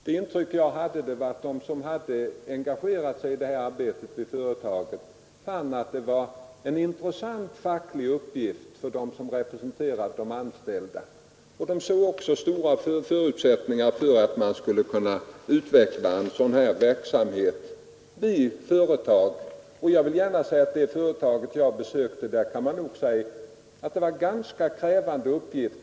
Det intryck jag fick av dem som engagerat sig i denna verksamhet vid företaget var att de fann det vara en intressant facklig uppgift och såg stora förutsättningar för att utveckla sådan Jag vill gärna säga att i det företag jag besökte stod man inför ganska krävande uppgifter.